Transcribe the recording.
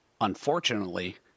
Unfortunately